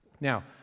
Now